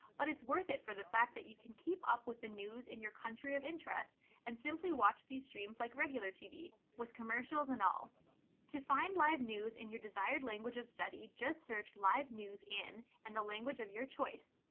but it's worth it for the fact that you can keep up with the news in your country of interest and simply watch these streams like regular tv with commercials and all. to find live news in your desired language of study just search live news in and the language of your choice.